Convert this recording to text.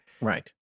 Right